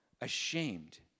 ashamed